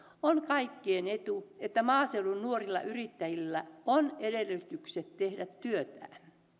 on kaikkien etu että maaseudun nuorilla yrittäjillä on edellytykset tehdä työtään